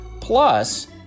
Plus